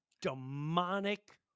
demonic